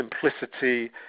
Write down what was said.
simplicity